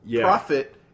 profit